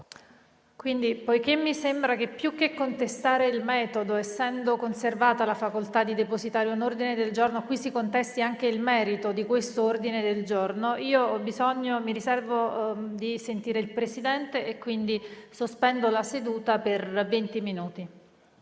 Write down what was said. Poiché mi sembra che più che contestare il metodo, essendo conservata la facoltà di depositare un ordine del giorno, si contesti anche il merito di questo ordine del giorno, mi riservo di sentire la Presidenza e quindi sospendo la seduta per venti minuti.